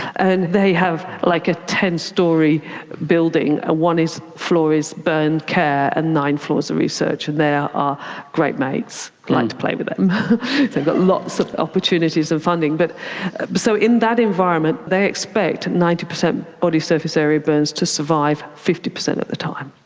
and they have like a ten-storey building ah one floor is burns care and nine floors are research. and they are are great mates. like to play with them. they've got lots of opportunities and funding. but so in that environment they expect ninety percent body surface area burns to survive fifty percent of the time.